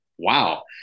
wow